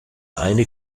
eine